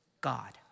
God